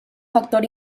factor